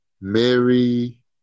Mary